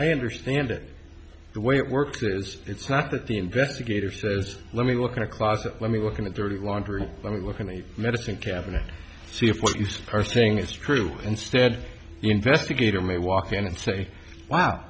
a understand it the way it works is it's not that the investigator says let me look in a closet let me work in a dirty laundry i mean look in the medicine cabinet see if what you are saying is true instead investigator may walk in and say wow